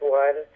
one